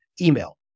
email